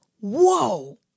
whoa